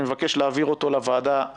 אני מבקש להעביר אותו לוועדה במייל.